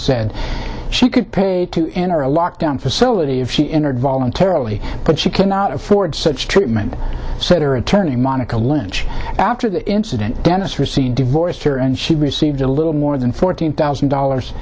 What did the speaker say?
said she could pay to enter a lockdown facility if she entered voluntarily but she cannot afford treatment center attorney monica lynch after the incident dennis racine divorced her and she received a little more than fourteen thousand dollars